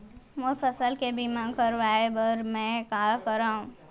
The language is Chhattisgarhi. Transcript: मोर फसल के बीमा करवाये बर में का करंव?